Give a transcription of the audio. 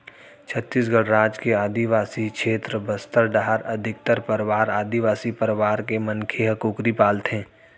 छत्तीसगढ़ राज के आदिवासी छेत्र बस्तर डाहर अधिकतर परवार आदिवासी परवार के मनखे ह कुकरी पालथें